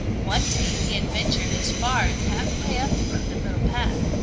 one day he had ventured as far as halfway up the crooked little path.